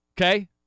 okay